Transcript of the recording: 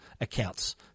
accounts